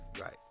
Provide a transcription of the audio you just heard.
Right